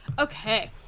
okay